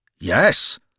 Yes